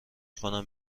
کنم